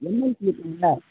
NLC இருக்குங்களா